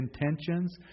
intentions